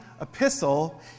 epistle